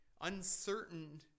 uncertain